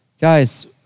Guys